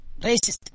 Racist